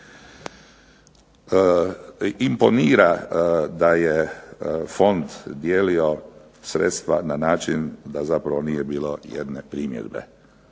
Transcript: Imponira da je fond dijelio sredstva na način da zapravo nije bilo jedne primjedbe.